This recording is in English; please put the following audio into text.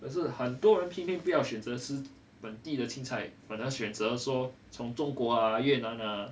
可是很多人偏偏不要选择吃本地的青菜反而选择说从中国啊越南啊